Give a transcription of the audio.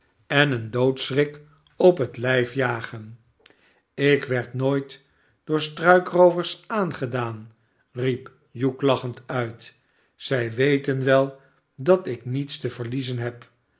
en een doodschrik op het lijf jagen ik werd nooit door struikroovers aangedaan riep hugh lachend uit zij weten wel dat ik niets te verliezen heb